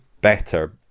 better